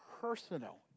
personal